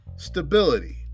Stability